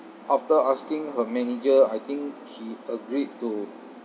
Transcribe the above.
after asking her manager I think she agreed to